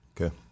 Okay